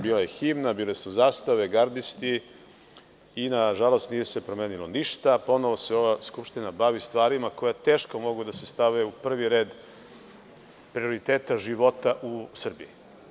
Bila je himna, bile su zastave, gardisti i, nažalost, nije se promenilo ništa, ponovo se ova Skupština bavi stvarima koje teško mogu da se stave u prvi red prioriteta života u Srbiji.